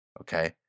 okay